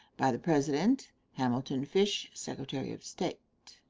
by the president hamilton fish, secretary of state.